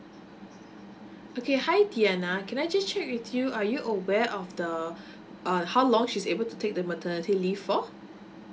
okay hi diana can I just check with you are you aware of the uh how long she's able to take the maternity leave for